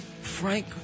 Frank